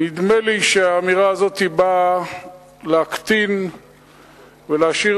נדמה לי שהאמירה הזאת באה להקטין ולהשאיר